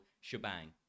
shebang